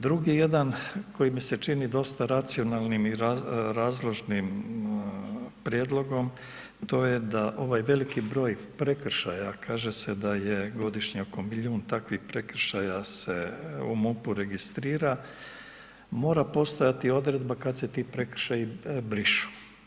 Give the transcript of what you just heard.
Drugi jedan koji mi se čini dosta racionalnim i razložnim prijedlogom to je da ovaj veliki broj prekršaja, kaže se da je godišnje oko milijun takvih prekršaja se u MUP-u registrira, mora postojati odredba kad se ti prekršaji brišu.